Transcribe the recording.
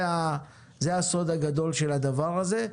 זה הסוג הגדול של הדבר הזה.